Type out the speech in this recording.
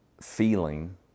feeling